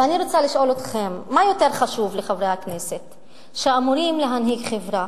ואני רוצה לשאול אתכם מה יותר חשוב לחברי הכנסת שאמורים להנהיג חברה